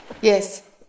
Yes